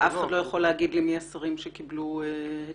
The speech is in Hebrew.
ואף אחד לא יכול להגיד לי מי השרים שקיבלו היתר?